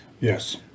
yes